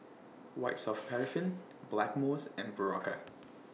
White Soft Paraffin Blackmores and Berocca